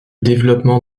développement